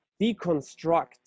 deconstruct